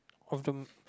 of the